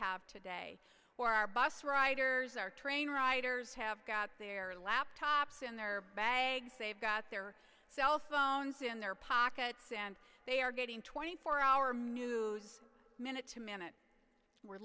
have today where our bus riders our train riders have got their laptops in their bags they've got their cell phones in their pockets and they are getting twenty four hour news minute to minute we're